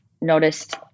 noticed